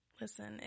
Listen